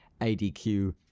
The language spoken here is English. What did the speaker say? ADQ